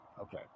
Okay